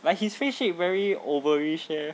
but his face shape very oval-ish leh